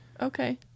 Okay